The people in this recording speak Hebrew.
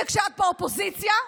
וכשאת באופוזיציה,